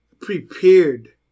prepared